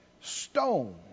stone